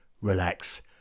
relax